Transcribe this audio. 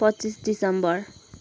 पच्चिस डिसम्बर